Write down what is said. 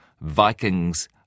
Vikings